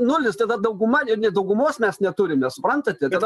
nulis tada dauguma ir nei daugumos mes neturime suprantate tada